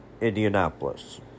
Indianapolis